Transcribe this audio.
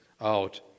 out